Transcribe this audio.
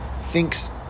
thinks